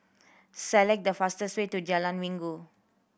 select the fastest way to Jalan Minggu